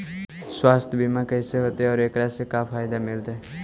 सवासथ बिमा कैसे होतै, और एकरा से का फायदा मिलतै?